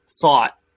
thought